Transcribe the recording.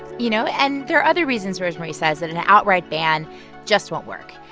you know. and there are other reasons rosemarie says that an an outright ban just won't work.